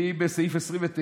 אני בסעיף 29: